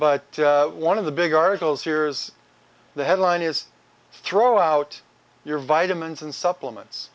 but one of the big articles here is the headline is throw out your vitamins and supplements